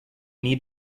need